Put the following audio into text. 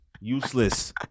Useless